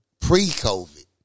pre-COVID